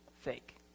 fake